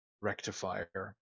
Rectifier